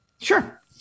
Sure